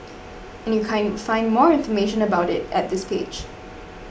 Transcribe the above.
and you can find more information about it at this page